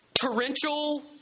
torrential